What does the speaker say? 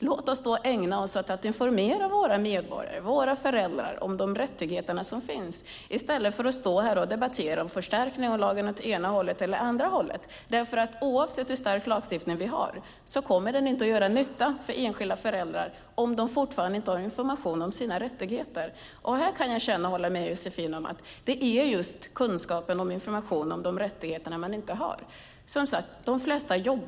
Låt oss ägna oss åt att informera medborgarna om de rättigheter som finns i stället för att stå här och debattera om förstärkning av lagen åt ena eller andra hållet. Oavsett hur stark lagstiftning vi har kommer den inte att göra nytta för enskilda föräldrar om de fortfarande inte har information om sina rättigheter. Jag kan hålla med Josefin om att det är just kunskap om de rättigheter man har som saknas.